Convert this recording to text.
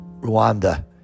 Rwanda